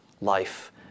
life